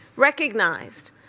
recognized